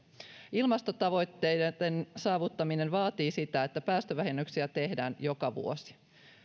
ilmastotavoitteitten saavuttaminen vaatii sitä että päästövähennyksiä tehdään joka vuosi